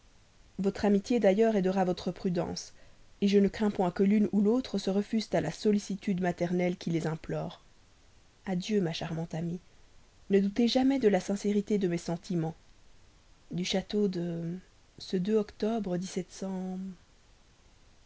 votre amitié d'ailleurs aidera votre prudence je ne crains point que l'une ou l'autre se refusent à la sollicitude maternelle qui les implore adieu ma charmante amie ne doutez jamais de la sincérité de mes sentiments du château de ce octobre